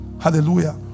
Hallelujah